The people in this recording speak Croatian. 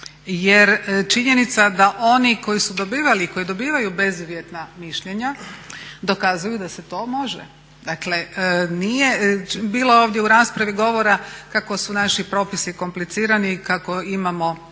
jer činjenica da oni koji su dobivali i koji dobivaju bezuvjetna mišljenja dokazuju da se to može. Dakle, nije bilo ovdje u raspravi govora kako su naši propisi komplicirani i kako imamo